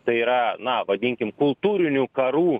tai yra na vadinkim kultūrinių karų